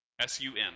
S-U-N